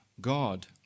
God